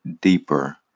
deeper